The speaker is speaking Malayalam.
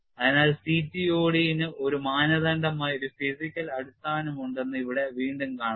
അതിനാൽ CTOD ന് ഒരു മാനദണ്ഡമായി ഒരു physical അടിസ്ഥാനമുണ്ടെന്ന് ഇവിടെ വീണ്ടും കാണാം